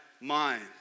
mind